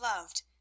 loved